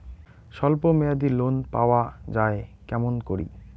স্বল্প মেয়াদি লোন পাওয়া যায় কেমন করি?